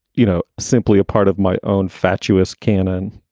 you know, simply a part of my own fatuous canon,